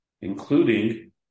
including